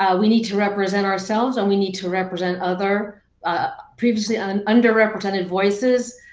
ah we need to represent ourselves and we need to represent other ah previously ah um underrepresented voices.